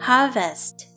Harvest